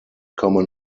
common